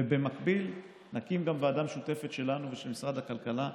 ובמקביל נקים גם ועדה משותפת שלנו ושל משרד הכלכלה,